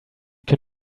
can